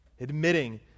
Admitting